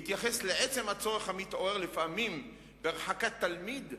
ובהתייחס לעצם הצורך המתעורר לפעמים בהרחקת תלמיד,